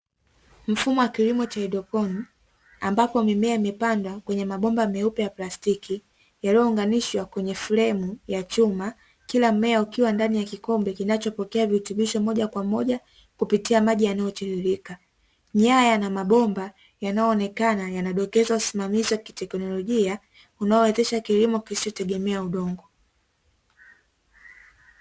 Mfumo wa kilimo cha "haydroponi", ambapo mimea imepandwa kwenye mabomba meupe ya plastiki ,yaliyounganishwa kwenye flemu ya chuma ,kila mmea ukiwa ndani ya kikombe kinachopokea virutubisho moja kwa moja kupitia maji yanayotiririka, nyaya na mabomba yanayoonekana yanadokezwa usimamizi wa kiteknolojia unaowezesha kilimo kisichotegemea udongo.